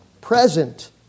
present